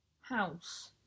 house